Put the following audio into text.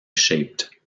shaped